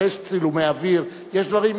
הרי יש צילומי אוויר, יש דברים.